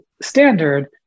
standard